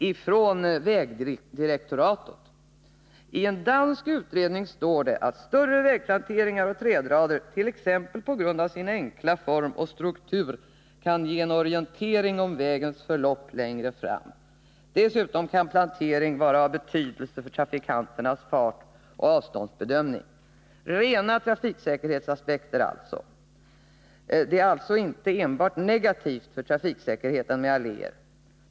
I en dansk utredning står det att större vägplanteringar och trädrader t.ex. på grund av sin enkla form och struktur kan ge en orientering om vägens förlopp längre fram. Dessutom kan plantering vara av betydelse för trafikanternas fartoch avståndsbedömning. Rena trafiksäkerhetsaspekter alltså! Det är sålunda inte enbart negativt för trafiksäkerheten med alléer.